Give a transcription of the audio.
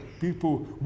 People